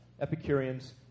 Epicureans